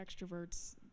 extroverts